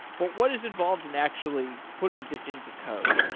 but what is involved in actually putting this into code?